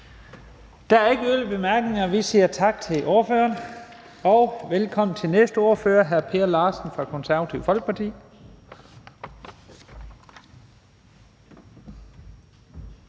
Der er ikke yderligere korte bemærkninger. Vi siger tak til ordføreren og velkommen til næste ordfører, hr. Per Larsen fra Det Konservative Folkeparti.